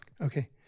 Okay